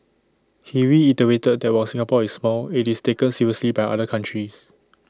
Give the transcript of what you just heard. he reiterated that while Singapore is small IT is taken seriously by other countries